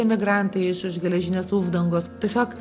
emigrantai iš už geležinės uždangos tiesiog